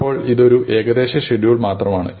ഇപ്പോൾ ഇത് ഒരു ഏകദേശ ഷെഡ്യൂൾ മാത്രമാണ്